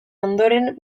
ondoren